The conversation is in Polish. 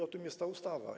O tym jest ta ustawa.